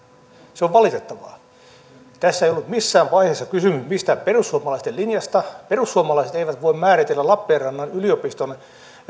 se on valitettavaa tässä ei ollut missään vaiheessa kysymys mistään perussuomalaisten linjasta perussuomalaiset eivät voi määritellä lappeenrannan yliopiston